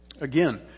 Again